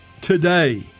today